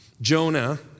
Jonah